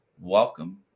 welcome